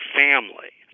family